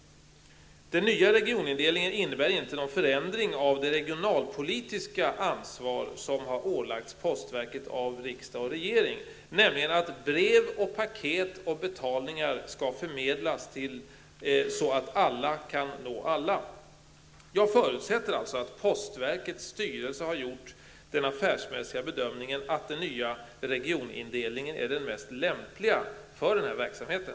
Den nya regionindelningen innebär inte någon förändring av det regionalpolitiska ansvar som ålagts postverket av riksdag och regering, nämligen att brev och paket samt betalningar skall förmedlas så att alla kan nå alla. Jag förutsätter att postverkets styrelse gjort den affärsmässiga bedömningen att den nya regionindelningen är den mest lämpliga för verksamheten.